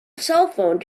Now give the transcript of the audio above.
cellphone